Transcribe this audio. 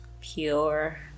pure